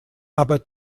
aber